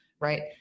right